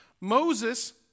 Moses